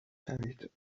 شوید